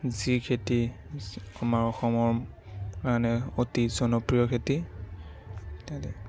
যি খেতি আমাৰ অসমৰ কাৰণে অতি জনপ্ৰিয় খেতি ইত্যাদি